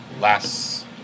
last